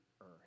earth